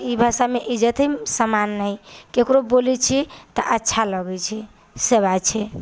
ई भाषामे इज्जत हइ सम्मान हइ ककरो बोलै छिए तऽ अच्छा लगै छै से बात छै